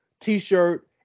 T-shirt